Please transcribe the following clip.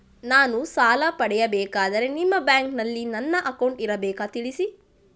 ನಾನು ಸಾಲ ಪಡೆಯಬೇಕಾದರೆ ನಿಮ್ಮ ಬ್ಯಾಂಕಿನಲ್ಲಿ ನನ್ನ ಅಕೌಂಟ್ ಇರಬೇಕಾ ತಿಳಿಸಿ?